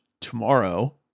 tomorrow